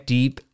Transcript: Deep